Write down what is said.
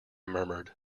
murmured